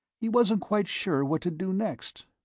he wasn't quite sure what to do next.